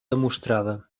demostrada